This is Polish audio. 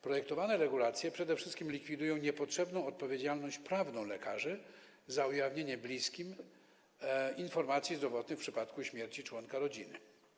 Projektowane regulacje przede wszystkim likwidują niepotrzebną odpowiedzialność prawną lekarzy za ujawnienie bliskim informacji zdrowotnych w przypadku śmierci członka rodziny.